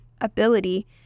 ability